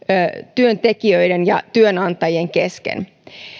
työntekijöiden ja työnantajien kesken